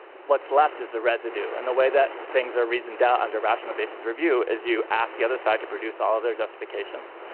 what's left is the residue. and the way that things are reasoned out under rational basis review, is you ask the other side to produce all of their justificatio ns,